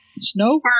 snow